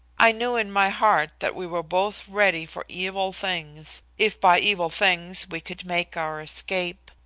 i knew in my heart that we were both ready for evil things if by evil things we could make our escape.